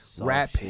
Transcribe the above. rap